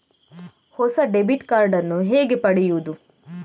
ಹೊಸ debit card ನ್ನು ಹೇಗೆ ಪಡೆಯುದು?